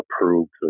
approved